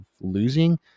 losing